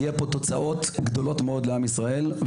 יהיו פה תוצאות גדולות מאוד לעם ישראל.